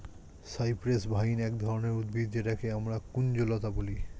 cypress vine এক ধরনের উদ্ভিদ যেটাকে আমরা কুঞ্জলতা বলি